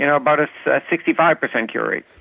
and but ah sixty five percent cure rate.